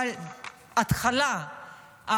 אבל ההתחלה,